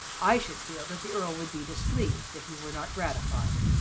i should feel that the earl would be displeased if he were not gratified.